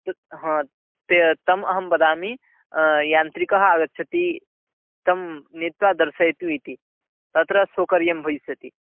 तत् हा ते तम् अहं वदामि यान्त्रिकः आगच्छति तं नीत्वा दर्शयतु इति तत्र सौकर्यं भविष्याति